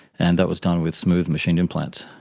and that was done with smooth machined implants,